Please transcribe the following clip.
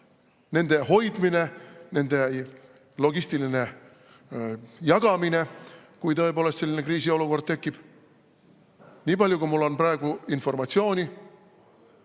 – hoidmine ja nende logistiline jagamine, kui tõepoolest selline kriisiolukord tekib. Nii palju, kui mul on praegu informatsiooni,